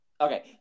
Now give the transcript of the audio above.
okay